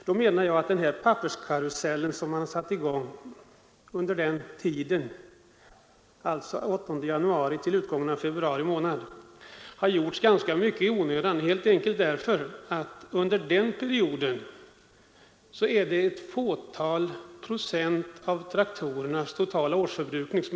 Den papperskarusell som man satte i gång och som kunde pågått som längst under tiden den 8 januari till utgången av februari månad var enligt min mening ganska onödig helt enkelt därför att under den perioden förbrukas över huvud taget en ytterst liten procent av traktorernas totala årsförbrukning.